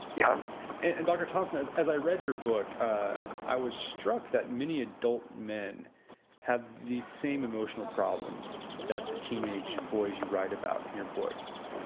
yeah and dr. thompson, as as i read your book ah i was struck that many adult men have the same emotional problems that the teenage boys you write about in your book.